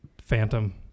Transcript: Phantom